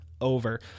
over